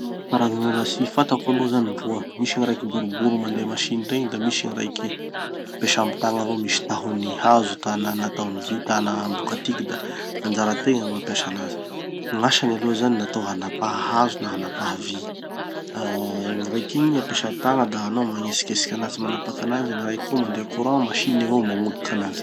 Gny karazana la scie fatako aloha zany roa: misy gny raiky boribory mandeha masiny regny, da misy gny raiky ampesà amy tagna avao misy tahony hazo hitana na tahony vy tana boka atiky da anjara tegna gny mampiasa anazy. Gn'asany aloha zany natao hanapaha na hanapaha vy. Ah gny raiky igny ampesà tagna da hana magnetsiketsiky anazy manapaky anazy da gny raiky koa mandeha courant, masiny avao magnodiky anazy.